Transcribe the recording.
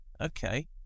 okay